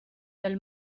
del